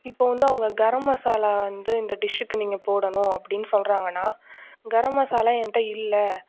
இப்போ வந்து அவங்க கரம் மசாலா வந்து இந்த டிஷ்ஷுக்கு நீங்கள் போடணும் அப்படீன்னு சொல்கிறாங்கன்னா கரம் மசாலா என்ட இல்ல